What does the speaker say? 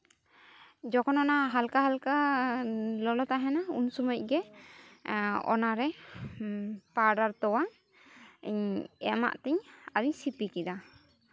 ᱡᱚᱠᱷᱚᱱ ᱚᱱᱟ ᱦᱟᱞᱠᱟ ᱦᱟᱞᱠᱟ ᱛᱟᱦᱮᱱᱟ ᱩᱱ ᱥᱚᱢᱚᱭ ᱜᱮ ᱚᱱᱟᱨᱮ ᱯᱟᱣᱰᱟᱨ ᱛᱚᱣᱟᱧ ᱮᱢᱟᱜ ᱛᱤᱧ ᱟᱨᱤᱧ ᱥᱤᱯᱤ ᱠᱮᱫᱟ